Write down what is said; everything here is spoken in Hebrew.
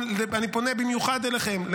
אני פונה במיוחד אליכם,